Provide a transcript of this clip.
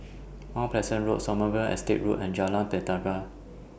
Mount Pleasant Road Sommerville Estate Road and Jalan